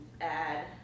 add